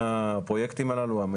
הפרויקטים הללו,